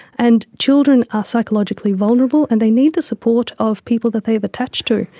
and children are psychologically vulnerable and they need the support of people that they have attached to.